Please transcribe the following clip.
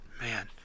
man